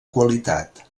qualitat